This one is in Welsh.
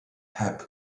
heb